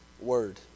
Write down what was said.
word